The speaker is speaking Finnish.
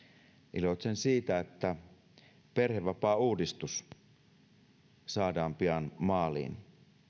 iloitsen siitä että perhevapaauudistus saadaan pian maaliin